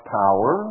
power